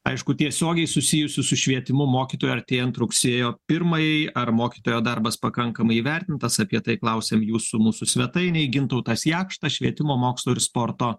aišku tiesiogiai susijusių su švietimu mokytojų artėjant rugsėjo pirmajai ar mokytojo darbas pakankamai įvertintas apie tai klausiam jūsų mūsų svetainėj gintautas jakštas švietimo mokslo ir sporto